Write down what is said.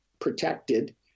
protected